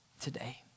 today